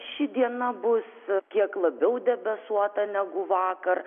ši diena bus kiek labiau debesuota negu vakar